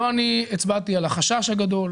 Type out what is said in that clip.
לא אני הצבעתי על החשש הגדול,